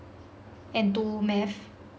and two math